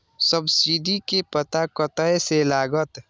Subsidy के पता कतय से लागत?